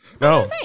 No